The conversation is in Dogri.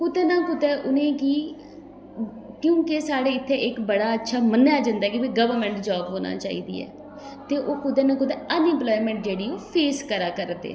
कुतै ना कुतै उनेंगी क्योंकि साढ़े इत्थें इक्क बड़ा अच्छा मन्नेआ जंदा की गौरमेंट जॉब होना चाहिदी ऐ ते ओह् कुतै ना कुतै जेह्ड़ी अनइम्पलॉयमेंट फेस करा करदे